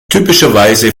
typischerweise